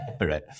right